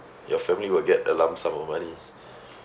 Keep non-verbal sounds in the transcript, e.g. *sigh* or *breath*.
your family will get a lump sum of money *breath*